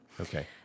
Okay